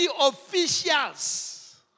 officials